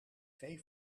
twee